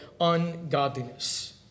ungodliness